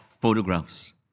photographs